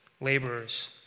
laborers